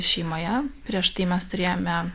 šeimoje prieš tai mes turėjome